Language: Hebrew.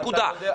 נקודה,